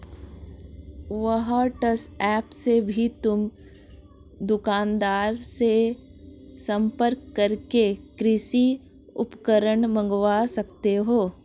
WhatsApp से भी तुम दुकानदार से संपर्क करके कृषि उपकरण मँगवा सकते हो